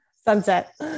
Sunset